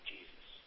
Jesus